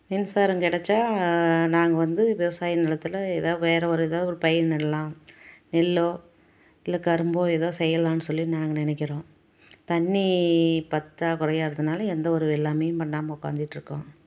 மின்சாரம் கிடச்சா நாங்கள் வந்து விவசாயம் நிலத்துல எதாக வேற ஒரு எதாக ஒரு பயிர் நடுலாம் நெல்லோ இல்லை கரும்போ எதோ செய்யலாம் சொல்லி நாங்கள் நினைக்குறோம் தண்ணி பத்தாகுறையா இருக்கிறதுனால எந்த ஒரு வெள்ளாமையும் பண்ணாமல் உட்காந்திட்ருக்கோம்